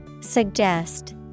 Suggest